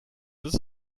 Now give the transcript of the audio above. this